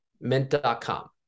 mint.com